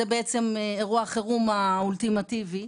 זה אירוע החירום האולטימטיבי,